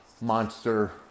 monster